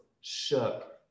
shook